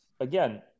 again